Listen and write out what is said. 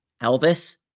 Elvis